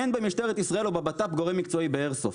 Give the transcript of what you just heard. אין במשטרת ישראל או בבט"פ גורם מקצועי באיירסופט,